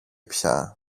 πια